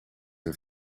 een